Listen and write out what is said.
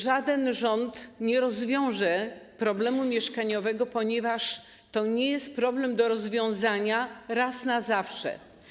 Żaden rząd nie rozwiąże problemu mieszkaniowego, ponieważ to nie jest problem do rozwiązania raz na zawsze.